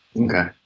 Okay